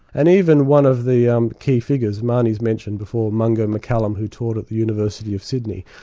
and even one of the um key figures marnie's mentioned before, mungo mccallum who taught at the university of sydney,